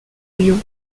lyon